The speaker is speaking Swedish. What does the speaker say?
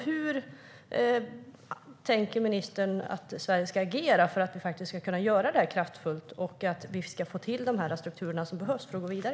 Hur tänker ministern att Sverige ska agera för att kunna göra detta kraftfullt och få till de strukturer som behövs för att gå vidare?